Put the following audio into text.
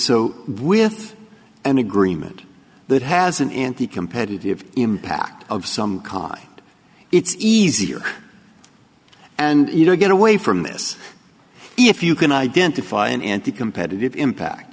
so with an agreement that has an anti competitive impact of some kind it's easier and you know get away from this if you can identify an anticompetitive impact